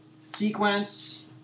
sequence